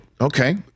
Okay